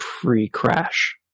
pre-crash